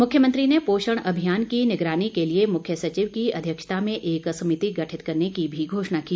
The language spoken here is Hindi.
मुख्यमंत्री ने पोषण अभियान की निगरानी के लिए मुख्य सचिव की अध्यक्षता में एक समिति गठित करने की भी घोषणा की